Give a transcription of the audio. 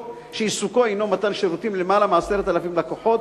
מתן שירותים ללמעלה מ-10,000 לקוחות,